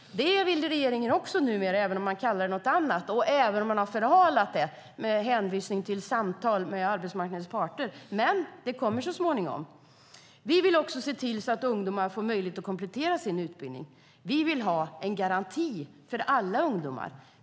Det vill regeringen också numera även om den kallar det för någonting annat och även om den har förhalat det med hänvisning till samtal med arbetsmarknadens parter. Men det kommer så småningom. Vi vill också se till att ungdomar får möjlighet att komplettera sin utbildning. Vi vill ha en garanti för alla ungdomar.